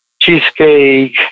cheesecake